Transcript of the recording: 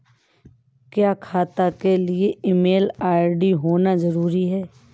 क्या खाता के लिए ईमेल आई.डी होना जरूरी है?